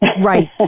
Right